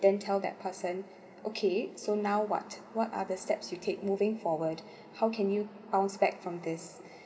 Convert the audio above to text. then tell that person okay so now what what other steps you take moving forward how can you bounce back from this